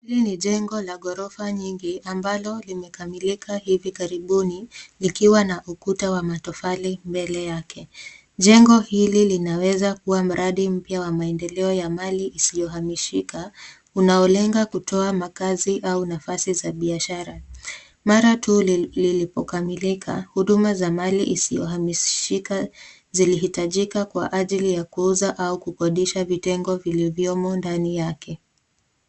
Hili ni jengo la ghorofa nyingi ambalo limekamilika hivi karibuni likiwa na ukuta wa matofali mbele yake. Jengo hili linaweza kuwa mradi mpya wa maendeleo ya mali isiyohamishika, unaolenga kutoa makazi au nafasi za biashara. Mara tu lilipokamilika huduma za mali isiohamishika zilihitajika kwa ajili ya kuuza au kukodisha vitengo vilivyomo ndani yake.